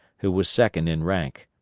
who was second in rank.